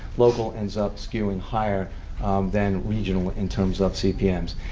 local ends up skewing higher than regional in terms of cpms.